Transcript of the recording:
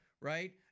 right